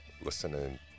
listening